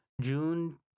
June